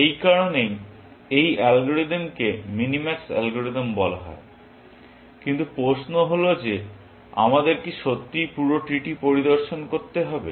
এই কারণেই এই অ্যালগরিদমকে মিনিম্যাক্স অ্যালগরিদম বলা হয় কিন্তু প্রশ্ন হল যে আমাদের কি সত্যিই পুরো ট্রি টি পরিদর্শন করতে হবে